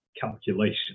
calculation